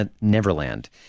Neverland